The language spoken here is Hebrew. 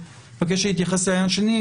שמבקש להתייחס לנושא השני,